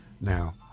now